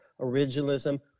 originalism